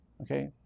Okay